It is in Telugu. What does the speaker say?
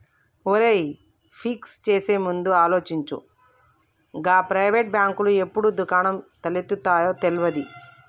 ఒరేయ్, ఫిక్స్ చేసేముందు ఆలోచించు, గా ప్రైవేటు బాంకులు ఎప్పుడు దుకాణం ఎత్తేత్తరో తెల్వది